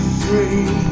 free